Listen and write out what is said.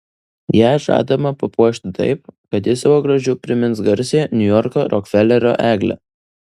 ją žadama papuošti taip kad ji savo grožiu primins garsiąją niujorko rokfelerio eglę